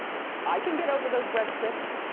i can get over those bread sticks.